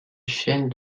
chêne